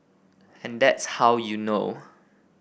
and that's how you know